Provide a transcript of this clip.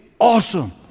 awesome